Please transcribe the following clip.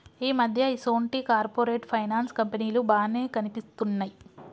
ఈ మధ్య ఈసొంటి కార్పొరేట్ ఫైనాన్స్ కంపెనీలు బానే కనిపిత్తున్నయ్